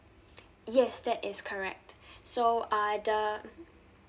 yes that is correct so uh the